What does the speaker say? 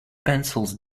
pencils